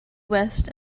west